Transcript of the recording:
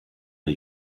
der